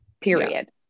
period